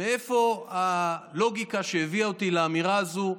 מאיפה הלוגיקה שהביאה אותי לאמירה הזו.